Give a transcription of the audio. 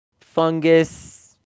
fungus